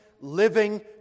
living